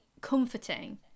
comforting